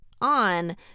on